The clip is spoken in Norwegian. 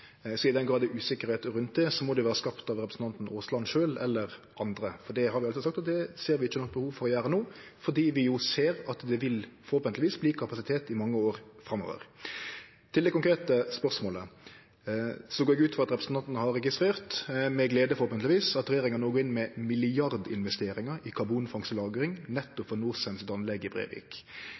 I den grad det er usikkerheit rundt det, må det vere skapt av representanten Aasland sjølv eller andre, for det har vi altså sagt at vi ikkje ser noko behov for å gjere no, fordi vi jo ser at det forhåpentlegvis vil verte kapasitet i mange år framover. Til det konkrete spørsmålet: Eg går ut frå at representanten har registrert – med glede, forhåpentlegvis – at regjeringa no går inn med milliardinvesteringar i karbonfangst og -lagring ved nettopp Norcems anlegg i Brevik.